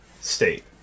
state